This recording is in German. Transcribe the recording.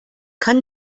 kann